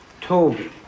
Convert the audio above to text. Toby